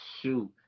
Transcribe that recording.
Shoot